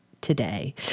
Today